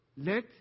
let